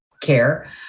care